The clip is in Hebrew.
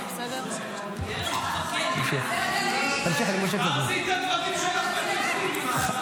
נמאס ממנו --- תארזי את הדברים שלך ותלכי אם נמאס לך.